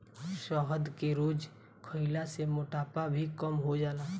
शहद के रोज खइला से मोटापा भी कम हो जाला